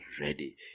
ready